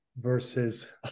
versus